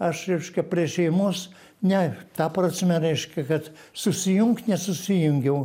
aš reiškia prie šeimos ne ta prasme reiškia kad susijungt nesusijungiau